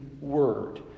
word